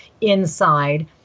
inside